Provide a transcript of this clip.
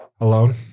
Alone